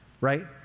right